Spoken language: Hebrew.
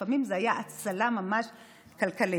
ולפעמים זו הייתה ממש הצלה כלכלית.